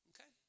okay